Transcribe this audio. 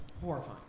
horrifying